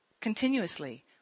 continuously